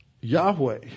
Yahweh